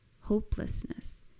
hopelessness